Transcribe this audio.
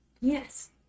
Yes